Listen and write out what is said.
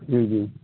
جی جی